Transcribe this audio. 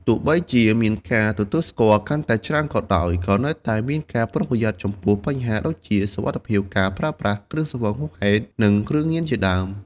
ទោះបីជាមានការទទួលស្គាល់កាន់តែច្រើនក៏ដោយ ក៏នៅតែមានការប្រុងប្រយ័ត្នចំពោះបញ្ហាដូចជា សុវត្ថិភាព ការប្រើប្រាស់គ្រឿងស្រវឹងហួសហេតុ និងគ្រឿងញៀនជាដើម ។